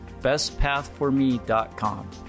bestpathforme.com